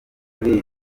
muri